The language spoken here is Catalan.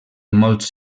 molts